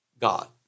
God